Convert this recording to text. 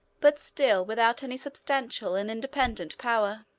but still without any substantial and independent power.